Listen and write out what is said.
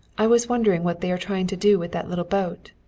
i was wondering what they are trying to do with that little boat.